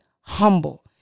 humble